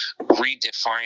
redefine